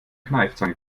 kneifzange